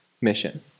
mission